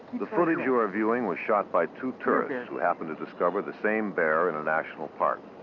the footage you are viewing was shot by two tourists who happened to discover the same bear in a national park.